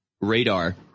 radar